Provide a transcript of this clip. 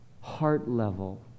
heart-level